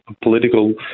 political